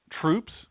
troops